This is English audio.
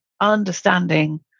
understanding